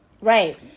Right